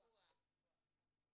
חוק הפיקוח.